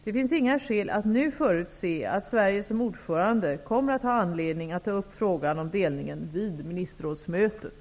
Det finns inga skäl att nu förutse att Sverige som ordförande kommer att ha anledning att ta upp frågan om delningen vid ministerrådsmötet.